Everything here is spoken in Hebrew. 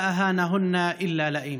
"כל המכבד אותן מכובד וכל המשפיל אותן בזוי".)